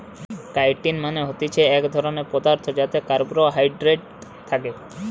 chitin মানে হতিছে এক ধরণের পদার্থ যাতে কার্বোহাইড্রেট থাকে